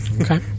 Okay